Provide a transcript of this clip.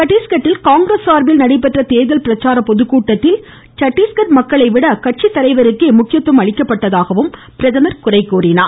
சத்தீஸ்கட்டில் காங்கிரஸ் சார்பில் நடைபெற்ற தேர்தல் பிரச்சார பொதுக்கூட்டத்தில் சத்தீஸ்கட் மக்களை விட அக்கட்சி தலைவருக்கே முக்கியத்துவம் அளிக்கப்பட்டதாக குறைகூறினார்